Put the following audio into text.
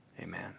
amen